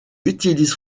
utilise